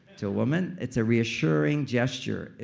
to a woman, it's a reassuring gesture.